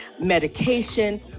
medication